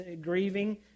grieving